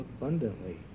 abundantly